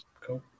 Cool